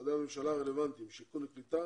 משרדי הממשלה הרלוונטיים שיכון וקליטה